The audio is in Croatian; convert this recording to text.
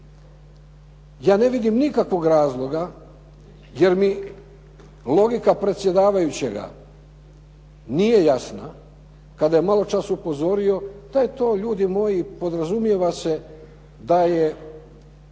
Ja ne vidim nikakvog razloga, jer mi logika predsjedavajućega nije jasna kada je malo čas upozorio da je to ljudi moji podrazumijeva se da je